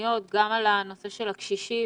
המקומיות וגם על נושא הקשישים,